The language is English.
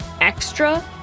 extra